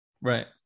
Right